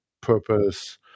purpose